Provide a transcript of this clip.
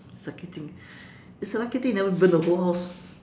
lucky thing it's a lucky thing you never burn the whole house